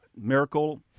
miracle